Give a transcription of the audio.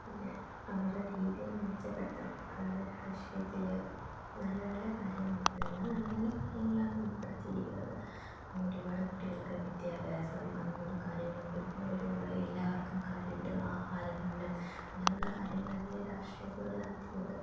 പിന്നെ അവരുടെ രീതികൾ മെച്ചപ്പെടുത്തണം അതായത് രാഷ്ട്രീയത്തിൽ നല്ല നല്ല കാര്യങ്ങൾ ഉൾപ്പെടുന്നത് നല്ല നല്ല കാര്യങ്ങളാണ് ഉൾപ്പെടുത്തിയിരിക്കുന്നത് അപ്പം ഒരുപാട് കുട്ടികൾക്കെ വിദ്യാഭ്യാസം അതുപോലുള്ള കാര്യങ്ങളൊക്കെ ഒരുപാട് ഒരുപാട് എല്ലാവർക്കും കരണ്ട് ആഹാരം വേണം അങ്ങനെയുള്ള കാര്യങ്ങൾ നല്ല രാഷ്ട്രയത്തിലൂടെ നടത്തുന്നത്